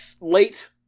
late